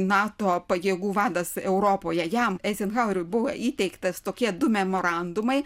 nato pajėgų vadas europoje jam eizenhaueriui buvo įteiktas tokie du memorandumai